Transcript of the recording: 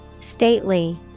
Stately